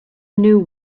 new